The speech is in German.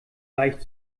leicht